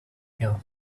here